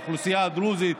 האוכלוסייה הדרוזית,